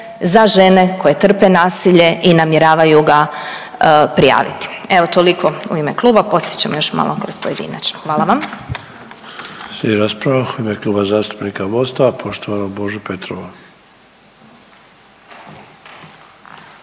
za žene koje trpe nasilje i namjeravaju ga prijaviti. Evo toliko u ime kluba. Poslije ćemo još malo kroz pojedinačnu. **Sanader, Ante (HDZ)** Slijedi rasprava u ime Kluba zastupnika Mosta, poštovanog Bože Petrova.